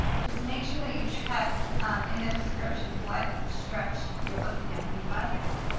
just make sure that you check in the description what stretch you're looking at when you buy this.